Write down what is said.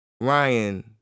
Ryan